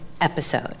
episode